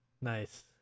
Nice